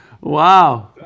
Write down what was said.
Wow